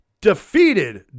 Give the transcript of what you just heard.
defeated